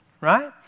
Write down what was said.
right